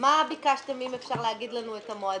מה ביקשתם, אם אפשר להגיד לנו את המועדים.